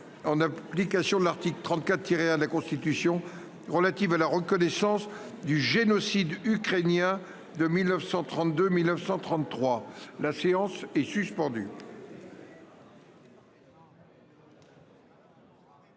en application de l'article 34, tiré à la Constitution relative à la reconnaissance du génocide ukrainien de 1932 1933. La séance est suspendue.